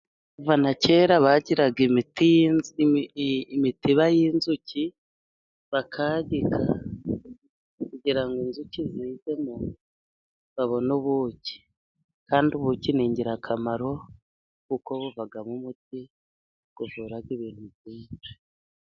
Kuva na kera bakiraga imi imitiba y'inzuki, bakagika kugira ngo inzuki zizemo, babone ubuki, kandi ubuki ni ingirakamaro kuko buvamo umuti uvura ibintu byinshi.